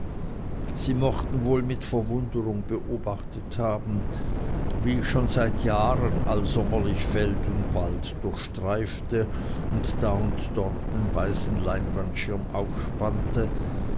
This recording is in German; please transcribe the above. sie mochten wohl mit verwunderung beobachtet haben wie ich schon seit jahren allsommerlich feld und wald durchstreifte und da oder dort den weißen leinwandschirm aufspannte